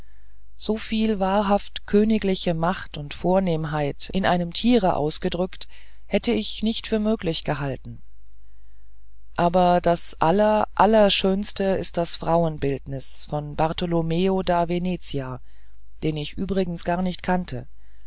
so viel wahrhaft königliche macht und vornehmheit in einem tier ausgedrückt hätte ich nicht für möglich gehalten aber das aller allerschönste ist das frauenbildnis von bartolomeo da venezia den ich übrigens gar nicht kannte